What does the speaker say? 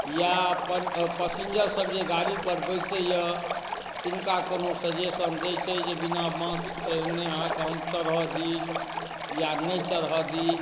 या अपन पसिंजर सब जे गाड़ी पर बैसैया तिनका कोनो सजेशन दै छै जे बिना मास्क पहिरने अहाँकेँ हम चढ़ऽ दी या नहि चढ़अ दी